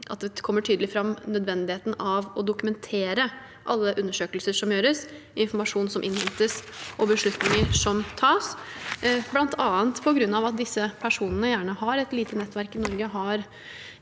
at det er viktig at nødvendigheten av å dokumentere alle undersøkelser som gjøres, informasjon som innhentes og beslutninger som tas, kommer tydelig fram, bl.a. på grunn av at disse personene gjerne har lite nettverk i Norge,